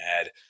add